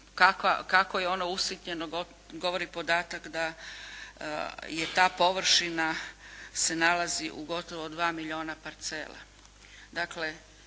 kako je ono usitnjeno govori podatak da je ta površina se nalazi u gotovo dva milijuna parcela.